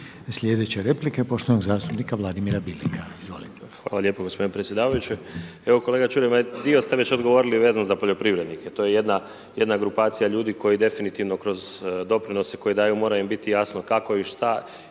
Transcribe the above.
Sljedeća replika poštovanog zastupnika Vladimira Bileka. **Bilek, Vladimir (Nezavisni)** Hvala lijepo gospodine predsjedavajući. Evo kolega Čuraj, ma dio ste već odgovorili vezano za poljoprivrednika. To je jedna grupacija ljudi koji definitivno kroz doprinose koji daju mora im biti jasno kako i šta